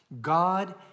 God